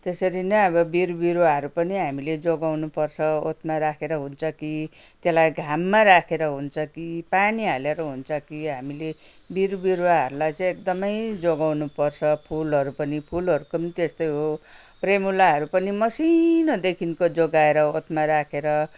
त्यसरी नै अब बिउ बिरुवाहरू पनि हामीले जोगाउनु पर्छ ओतमा राखेर हुन्छ कि त्यसलाई घाममा राखेर हुन्छ कि पानी हालेर हुन्छ कि हामीले बिउबिरुवाहरूलाई चाहिँ एकदमै जोगाउनु पर्छ फुलहरू पनि फुलहरूको पनि त्यस्तै हो प्रेमुलाहरू पनि मसिनोदेखिको जोगाएर ओतमा राखेर